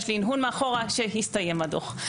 כן, יש לי הנהון מאחורה שהסתיים הדוח.